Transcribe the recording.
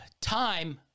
time